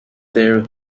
their